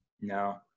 No